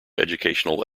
educational